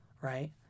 right